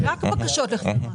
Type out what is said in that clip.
רק בקשות להחזר.